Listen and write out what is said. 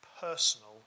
personal